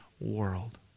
world